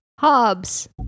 Hobbs